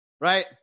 right